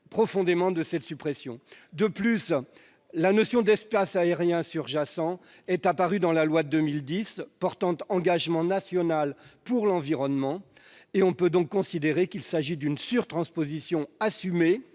profondément de cette suppression. De plus, la notion d'espace aérien surjacent est apparue dans la loi de 2010 portant engagement national pour l'environnement, et on peut par conséquent considérer qu'il s'agit d'une surtransposition assumée